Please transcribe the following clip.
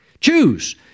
Choose